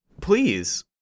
please